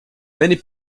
many